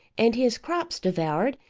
and his crops devoured,